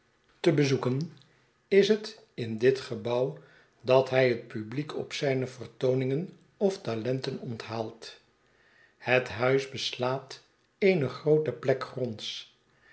boz bezoeken is het in dit gebouw dat hij het publiek op zijne vertooningen of talenten onthaalt het huis beslaat eene groote plek gronds